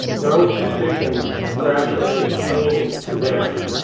those decisions gradually came to them,